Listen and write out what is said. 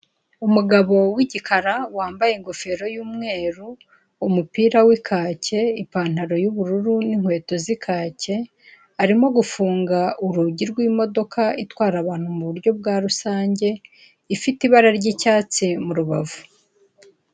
Umugabo w'igikara wambaye ingofero y'umweru, umupira w'ikake, ipantaro y'ubururu n'inkweto z'ikake, arimo gufunga urugi rw'imodoka itwara abantu muburyo bwa rusange, ifite ibara ry'icyatsi mu rubavu.